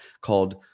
called